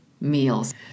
meals